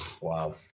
Wow